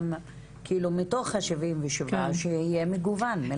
להיות שבתוך ה-77 זה יהיה מגוון מלכתחילה.